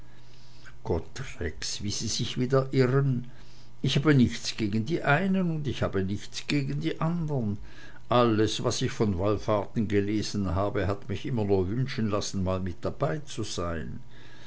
gott rex wie sie sich wieder irren ich habe nichts gegen die einen und ich habe nichts gegen die andern alles was ich von wallfahrten gelesen habe hat mich immer nur wünschen lassen mal mit dabeizusein